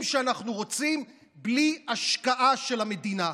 שאנחנו רוצים בלי השקעה של המדינה.